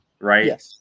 right